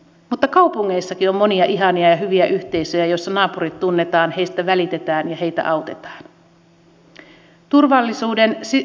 mutta kaupungeissakin on monia ihania ja hyviä yhteisöjä joissa naapurit tunnetaan heistä välitetään ja heitä autetaan